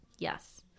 yes